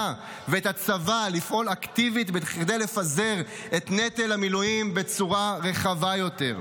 ואת הצבא לפעול אקטיבית כדי לפזר את נטל המילואים בצורה רחבה יותר.